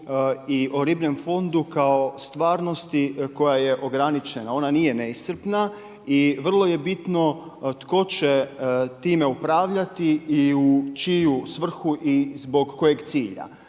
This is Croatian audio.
i o ribljem fondu kao stvarnosti koja je ograničena. Ona nije neiscrpna i vrlo je bitno tko će time upravljati i u čiju svrhu i zbog kojeg cilja.